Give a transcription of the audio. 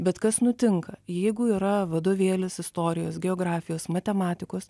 bet kas nutinka jeigu yra vadovėlis istorijos geografijos matematikos